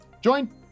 Join